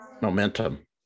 momentum